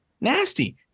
nasty